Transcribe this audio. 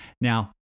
Now